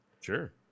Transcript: Sure